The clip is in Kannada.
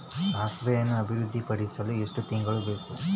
ಸಾಸಿವೆಯನ್ನು ಅಭಿವೃದ್ಧಿಪಡಿಸಲು ಎಷ್ಟು ತಿಂಗಳು ಬೇಕು?